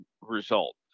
result